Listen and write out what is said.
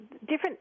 different